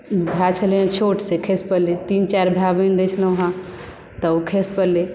भाय छलै हेँ छोट से खसि पड़लै तीन चारि भाय बहिन रहै छलहुँ हेँ तऽ ओ खसि पड़लै